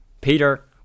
peter